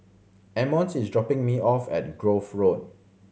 emmons is dropping me off at Grove Road